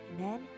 Amen